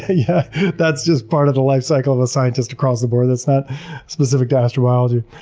yeah that's just part of the life cycle of a scientist across the board. that's not specific to astrobiology.